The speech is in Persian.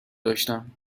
داشتم